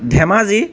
Dhemaji